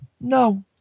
No